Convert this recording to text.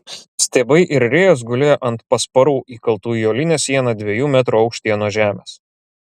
stiebai ir rėjos gulėjo ant pasparų įkaltų į uolinę sieną dviejų metrų aukštyje nuo žemės